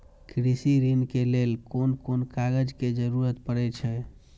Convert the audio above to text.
कृषि ऋण के लेल कोन कोन कागज के जरुरत परे छै?